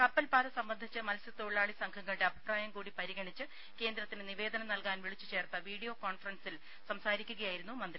കപ്പൽ പാത സംബന്ധിച്ച് മത്സ്യത്തൊഴിലാളി സംഘങ്ങളുടെ അഭിപ്രായം കൂടി പരിഗണിച്ച് കേന്ദ്രത്തിന് നിവേദനം നൽകാൻ വിളിച്ചു ചേർത്ത വീഡിയോ കോൺഫറൻസിൽ സംസാരിക്കുകയായിരുന്നു മന്ത്രി